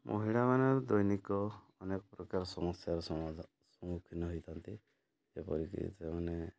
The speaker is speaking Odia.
ମହିଳାମାନେ ଦୈନିକ ଅନେକ ପ୍ରକାର ସମସ୍ୟାର ସମାଧାନ ସମ୍ମୁଖୀନ ହେଇଥାନ୍ତି ଯେପରିକି ସେମାନେ